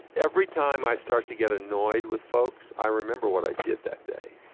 every time i start to get annoyed with folks, i remember what i did that day.